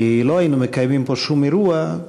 כי לא היינו מקיימים פה שום אירוע,